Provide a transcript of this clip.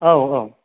औ औ